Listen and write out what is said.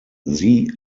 sie